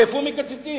איפה מקצצים?